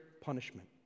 punishment